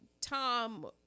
Tom